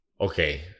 okay